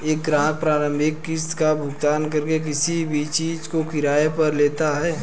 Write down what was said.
एक ग्राहक प्रारंभिक किस्त का भुगतान करके किसी भी चीज़ को किराये पर लेता है